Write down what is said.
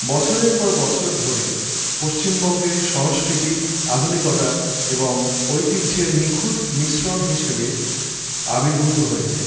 বছরের পর বছর ধরে পশ্চিমবঙ্গের সংস্কৃতি আধুনিকতা এবং ঐতিহ্যের নিখুঁত মিশ্রণ হিসেবে আবির্ভূত হয়েছে